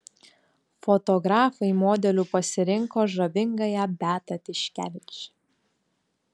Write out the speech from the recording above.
fotografai modeliu pasirinko žavingąją beatą tiškevič